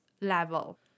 level